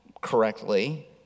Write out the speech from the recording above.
correctly